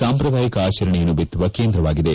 ಸಾಂಪ್ರದಾಯಿಕ ಆಚರಣೆಯನ್ನು ಬಿತ್ಗುವ ಕೇಂದ್ರವಾಗಿದೆ